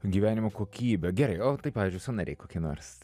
gyvenimo kokybė gerai o tai pavyzdžiui sąnariai kokie nors